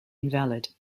invalid